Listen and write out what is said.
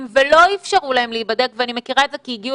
ולא אפשרו להם להיבדק ואני מכירה את זה כי הגיעו